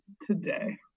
today